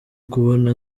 kubona